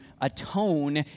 atone